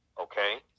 okay